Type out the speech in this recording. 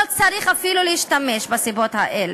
לא צריך אפילו להשתמש בסיבות האלה.